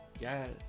Yes